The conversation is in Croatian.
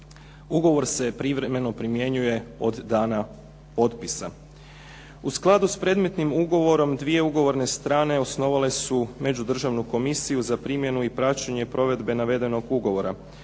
Ugovor se privremeno primjenjuje od dana otpisa. U skladu s predmetnim ugovorom dvije ugovorne strane osnovale su međudržavnu komisiju za primjenu i praćenje provedbe navedenog ugovora.